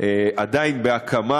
הוא עדיין משרד בהקמה.